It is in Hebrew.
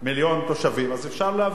תושבים, אז אפשר להביא.